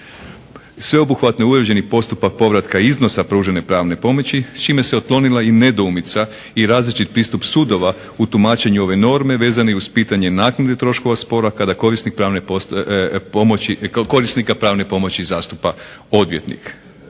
Sveobuhvatno uređeni postupak povratka iznosa pružanja pravne pomoći, s čime se otklonila i nedoumica i različit pristup sudova u tumačenju ove norme, vezani uz pitanje naknade troškova spora, kada korisnik pravne pomoći, korisnika